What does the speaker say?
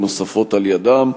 נוספות על-ידם.